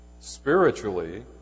spiritually